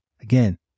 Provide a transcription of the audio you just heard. Again